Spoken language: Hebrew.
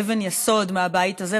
אבן יסוד מהבית הזה,